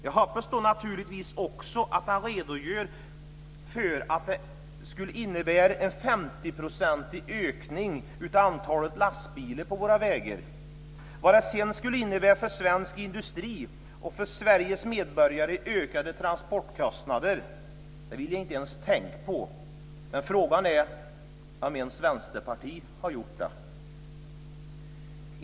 Jag hoppas då naturligtvis också att han redogör för att det skulle innebära en 50-procentig ökning av antalet lastbilar på våra vägar. Vad det sedan skulle innebära för svensk industri och för Sveriges medborgare i ökade transportkostnader vill jag inte ens tänka på, men frågan är om ens Vänsterpartiet har gjort det.